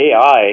AI